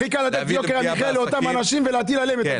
הכי קל לתת את יוקר המחיה לאותם אנשים ולהטיל עליהם עוד מיסים,